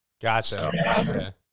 Gotcha